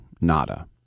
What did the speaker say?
nada